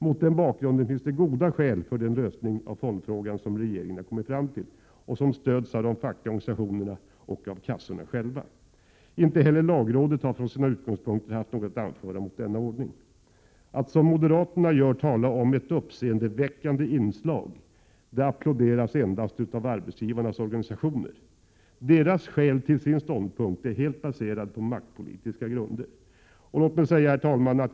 Mot den bakgrunden finns det goda skäl för den lösning av fondfrågan som regeringen har kommit fram till och som stöds av de fackliga organisationerna och av kassorna själva. Inte heller lagrådet har från sina utgångspunkter haft något att anföra mot denna ordning. Att som moderaterna gör tala om ett uppseendeväckande inslag applåderas endast av arbetsgivarnas organisationer. Deras ståndpunkt är helt baserad på maktpolitiska grunder. Herr talman!